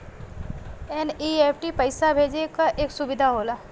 NEFT पइसा भेजे क एक सुविधा होला